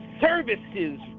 services